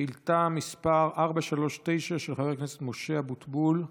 שאילתה מס' 439, של חבר הכנסת משה אבוטבול: